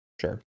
Sure